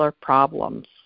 problems